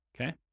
Okay